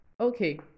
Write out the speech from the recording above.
Okay